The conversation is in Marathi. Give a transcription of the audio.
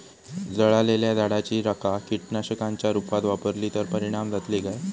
जळालेल्या झाडाची रखा कीटकनाशकांच्या रुपात वापरली तर परिणाम जातली काय?